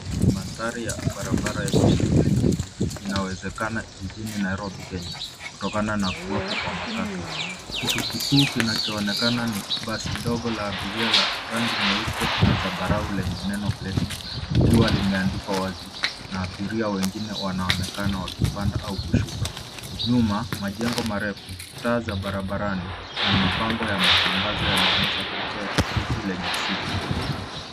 Ni madhari ya barabara yenye shuguli nyingi, inawezekana jijini Nairobi Kenya kutokana na kuwepo kwa matatu, kitu kikuu kinachoonekana ni basi dogo la abiria la rangi nyeupe na zambarau lenye neno Blessing likiwa limeandikwa wazi na abiria wengine wanaonekana wakipanda au kushuka. Nyuma majengo marefu, taa za barabarani na mabango ya matangazo yanaonyesha picha ya jiji lenye shuguli.